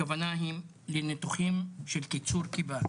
הכוונה היא לניתוחים של קיצור קיבה,